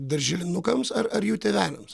darželinukams ar ar jų tėveliams